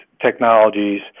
technologies